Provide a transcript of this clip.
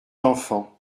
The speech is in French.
d’enfants